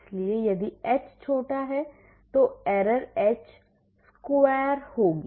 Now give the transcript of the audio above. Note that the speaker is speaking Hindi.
इसलिए यदि h छोटी है तो त्रुटि h वर्ग होगी